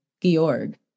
Georg